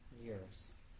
years